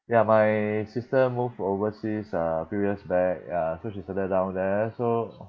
ya my sister moved overseas uh few years back ah so she settle down there so